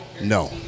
No